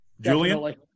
Julian